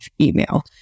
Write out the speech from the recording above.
email